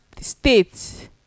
states